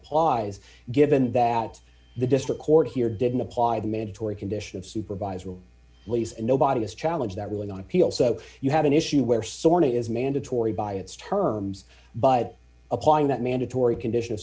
applies given that the district court here didn't apply the mandatory condition of supervisor or lease and nobody has challenged that ruling on appeal so you have an issue where sorn is mandatory by its terms but applying that mandatory condition